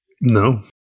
No